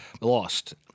lost